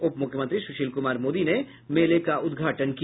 उप मुख्यमंत्री सुशील कुमार मोदी ने मेले का उद्घाटन किया